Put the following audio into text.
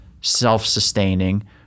self-sustaining